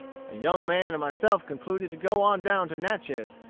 a young man and myself concluded to go on down to natchez,